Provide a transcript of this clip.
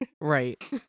Right